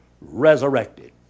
resurrected